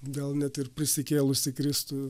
gal net ir prisikėlusį kristų